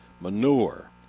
manure